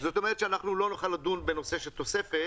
זאת אומרת שאנחנו לא נוכל לדון בנושא של תוספת,